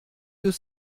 deux